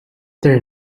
there